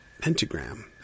pentagram